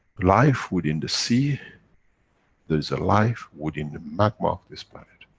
life within the sea there is a life within the magma of this planet.